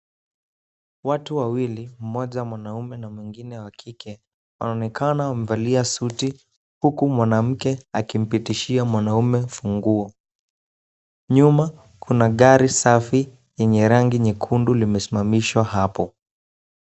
Watu wawili mmoja mwanaume na mwingine wa kike wanaonekana wamevalia suti huku mwanamke akimpitishia mwanaume funguo. Nyuma kuna gari safi yenye rangi nyekundu limesimamishwa hapo.